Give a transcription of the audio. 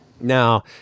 Now